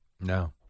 No